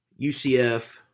UCF